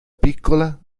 piccola